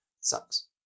sucks